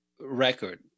record